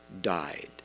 died